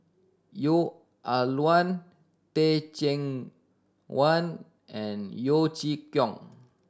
Neo Ah Luan Teh Cheang Wan and Yeo Chee Kiong